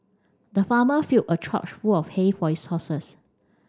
the farmer filled a trough full of hay for his horses